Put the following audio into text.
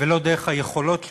ולא דרך היכולות שלו.